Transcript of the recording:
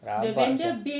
rabak [sial]